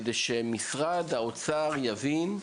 כדי שמשרד האוצר יבין.